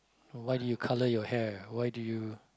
why did you colour your hair why did you